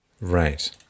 Right